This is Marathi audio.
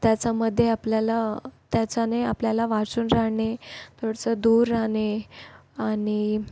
त्याच्यामध्ये आपल्याला त्याच्याने आपल्याला वाचून राहणे थोडंसं दूर राहणे आणि